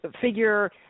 figure